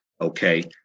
okay